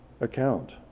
account